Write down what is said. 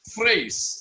Phrase